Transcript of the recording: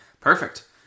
perfect